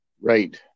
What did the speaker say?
Right